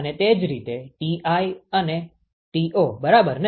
અને તે જ રીતે ti અને to બરાબર ને